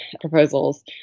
proposals